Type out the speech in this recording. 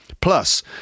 Plus